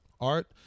art